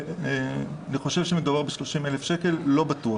אני חושב שמדובר ב-30,000 שקל, לא בטוח.